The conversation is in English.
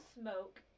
Smoke